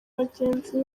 bagenzi